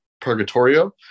Purgatorio